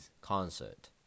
concert